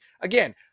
again